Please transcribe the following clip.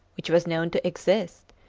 which was known to exist,